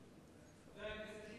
חבר הכנסת ליצמן.